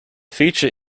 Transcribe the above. feature